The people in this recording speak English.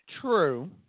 True